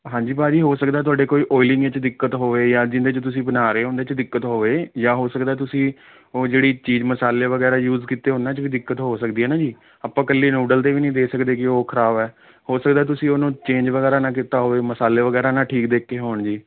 ਹਾਂਜੀ ਭਾਅ ਜੀ ਹੋ ਸਕਦਾ ਤੁਹਾਡੇ ਕੋਈ ਓਲਿੰਗ 'ਚ ਦਿੱਕਤ ਹੋਵੇ ਜਾਂ ਜਿਹਦੇ 'ਚ ਤੁਸੀਂ ਬਣਾ ਰਹੇ ਉਹਦੇ 'ਚ ਦਿੱਕਤ ਹੋਵੇ ਜਾਂ ਹੋ ਸਕਦਾ ਤੁਸੀਂ ਉਹ ਜਿਹੜੀ ਚੀਜ਼ ਮਸਾਲੇ ਵਗੈਰਾ ਯੂਜ਼ ਕੀਤੇ ਉਹਨਾਂ 'ਚ ਵੀ ਦਿੱਕਤ ਹੋ ਸਕਦੀ ਹੈ ਨਾ ਜੀ ਆਪਾਂ ਇਕੱਲੇ ਨੂਡਲ 'ਤੇ ਵੀ ਨਹੀਂ ਦੇ ਸਕਦੇ ਕਿ ਉਹ ਖਰਾਬ ਹੈ ਹੋ ਸਕਦਾ ਤੁਸੀਂ ਉਹਨੂੰ ਚੇਂਜ ਵਗੈਰਾ ਨਾ ਕੀਤਾ ਹੋਵੇ ਮਸਾਲੇ ਵਗੈਰਾ ਨਾ ਠੀਕ ਦੇਖੇ ਹੋਣ ਜੀ